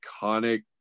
iconic